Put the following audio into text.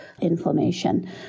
inflammation